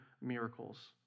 miracles